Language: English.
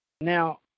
Now